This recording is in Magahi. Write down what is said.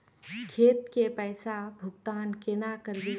खेत के पैसा भुगतान केना करबे?